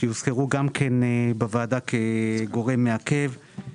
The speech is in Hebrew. שהוזכרו בוועדה כגורם מעכב,